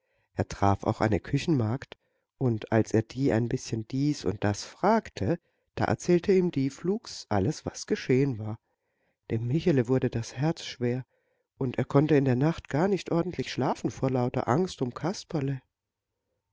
er traf auch eine küchenmagd und als er die ein bißchen dies und das fragte da erzählte ihm die flugs alles was geschehen war dem michele wurde das herz schwer und er konnte in der nacht gar nicht ordentlich schlafen vor lauter angst um kasperle